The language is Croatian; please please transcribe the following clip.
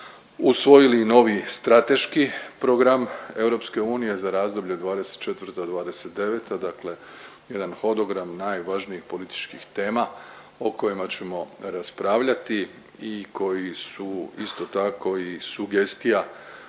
usvojili novi strateški program EU za razdoblje '24.-'29., dakle jedan hodogram najvažnijih političkih tema o kojima ćemo raspravljati i koji su isto tako i sugestija